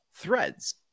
threads